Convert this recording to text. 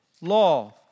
law